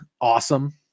Awesome